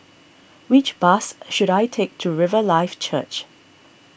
which bus should I take to Riverlife Church